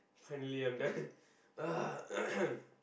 finally I'm done ah